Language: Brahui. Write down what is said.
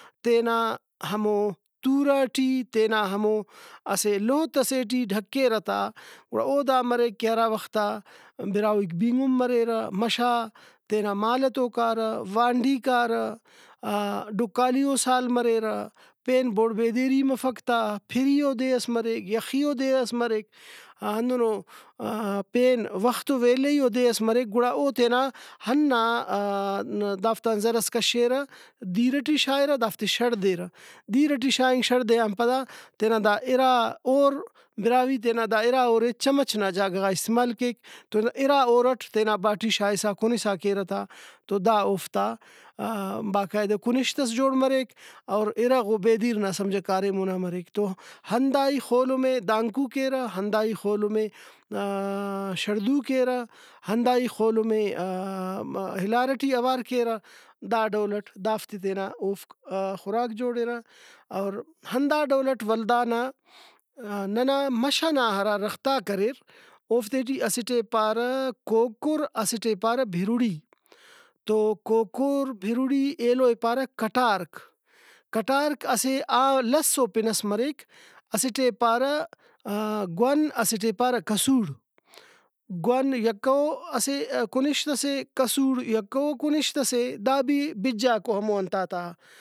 تینا ہمو تُورہ ٹی تینا ہمو اسہ لوت ئسے ڈھکیرہ تا گڑا او دا مریک کہ ہرا وختا براہوئیک بینگُن مریرہ مَش آ تینا مال ئتو کارہ وانڈی کارہ ڈُکالیئو سال مریرہ پین بُڑ بے دیری مفک تا پِریئو دے ئس مریک یخیئو دے ئس مریک ہندنو پین وخت ؤ ویلئیو دے ئس مریک گڑا او تینا ہنا دافتان زرس کشیرہ دِیر ٹی شاغرہ دافتے شڑدیرہ دِیر ٹی شاغنگ شڑدنگان پدا تینا دا اِرا ہور براہوئی تینا دا اِرا ہورے چمچ نا جاگہ غا استعمال کیک تو اِرا ہورٹ تینا باٹی شاغسا کُنسا کیرہ کیرہ تا تو دا اوفتا باقاعدہ کُنشت ئس جوڑ مریک اور اِرغ ؤ بے دیر نا سمجھہ کاریم اونا مریک تو ہنداہی خولمے دانکو کیرہ ہنداہی خولمے شڑدو کیرہ ہنداہی خولمے ہلار ٹی اوار کیرہ دا ڈولٹ دافتے تینا اوفک خوراک جوڑرہ اور ہندا ڈولٹ ولدانا ننا مَش ئنا ہرا درختاک اریر اوفتے ٹی اسٹ ئے پارہ کوکر اسٹے پارہ بِرُڑی تو کوکر بِرُڑی ایلو ئے پارہ کٹارک کٹارک کٹارک اسہ لس او پن ئس مریک اسٹے پارہ گؤن اسٹے پارہ کسوڑ گؤن یکہ او اسہ کُنشت ئسے کسوڑ یکہ او کُنشت ئسے دا بھی بِجاکو ہمو انتاتا